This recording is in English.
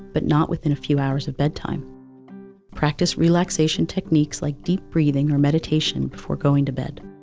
but not within a few hours of bedtime practice relaxation techniques like deep breathing or meditation, before going to bed